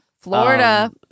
Florida